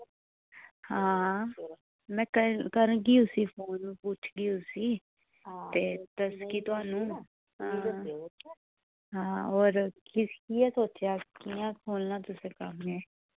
हां मैं क करगी उस्सी फोन पुच्छगी उस्सी ते दस्सगी थुहानू हां हां और किश कि'यां सोचेआ कि'यां खोह्लना तुसैं कम्म एह्